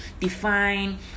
define